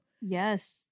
Yes